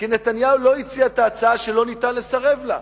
כי נתניהו לא הציע את ההצעה שלא ניתן לסרב לה.